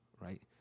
right